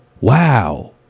wow